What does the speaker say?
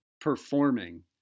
performing